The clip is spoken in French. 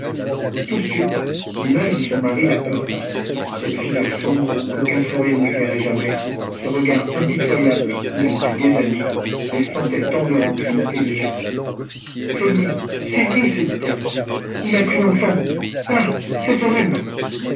tout de suite l'image de son mari la heurta cette figure sombre qu'aucun sourire n'éclairait jamais ce regard impitoyable où depuis des années elle sentait tant de rancune et de haine c'est lui c'est lui se dit-elle il a pris l'enfant ah c'est horrible